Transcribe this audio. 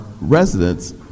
Residents